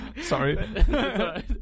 sorry